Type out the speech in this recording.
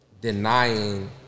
denying